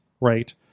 right